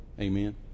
Amen